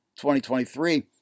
2023